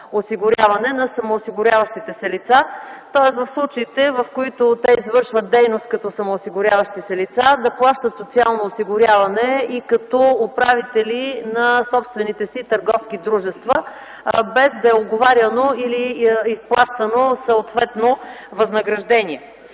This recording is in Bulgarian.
осигуряване на самоосигуряващите се лица, тоест в случаите, в които те извършват дейност като самоосигуряващи се лица, да плащат социално осигуряване и като управители на собствените си търговски дружества, без да е уговаряно или изплащано съответно възнаграждение.